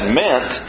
meant